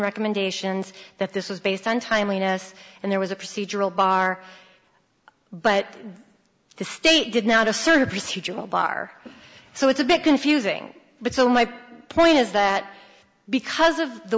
recommendations that this was based on timeliness and there was a procedural bar but the state did not assume a procedural bar so it's a bit confusing but so my point is that because of the